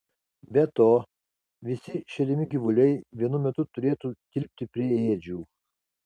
be to visi šeriami gyvuliai vienu metu turėtų tilpti prie ėdžių